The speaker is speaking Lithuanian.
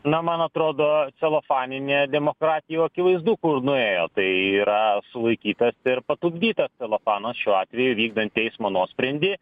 na man atrodo celofaninė demokratijų akivaizdu kur nuėjo tai yra sulaikytas ir patupdytas celofanas šiuo atveju vykdant teismo nuosprendį